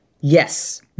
Yes